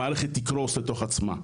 המערכת תקרוס לתוך עצמה.